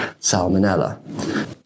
salmonella